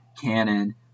canon